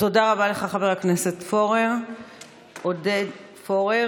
תודה רבה לך, חבר הכנסת עודד פורר.